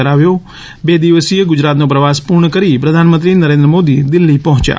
કરાવ્યો બે દિવસીય ગુજરાતનો પ્રવાસ પૂર્ણ કરી પ્રધાનમંત્રી નરેન્દ્ર મોદી દિલ્હી પહોંચ્યા